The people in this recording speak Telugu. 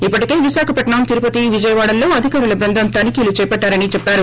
ఇప్పటికే విశాఖపట్నం తిరుపతి విజయవాడలలో అధికారుల బృందం తనిఖీలు చేపట్టారని చెప్పారు